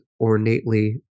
ornately